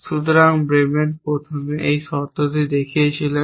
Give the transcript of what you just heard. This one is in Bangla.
সুতরাং ব্লেমেন প্রথমে এই শর্তটি দেখিয়েছিলেন